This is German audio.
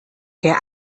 der